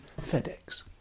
FedEx